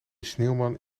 sneeuwman